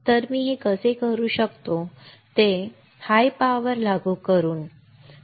तर मी हे कसे करू शकतो ते खूप हाई पॉवर लागू करून आहे